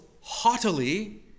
haughtily